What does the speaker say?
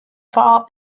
far